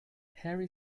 harry